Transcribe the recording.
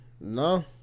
No